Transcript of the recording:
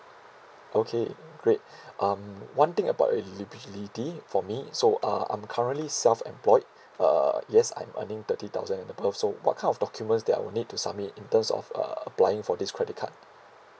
okay great um one thing about eligibility for me so uh I'm currently self employed uh yes I'm earning thirty thousand and above so what kind of documents that I will need to submit in terms of uh applying for this credit card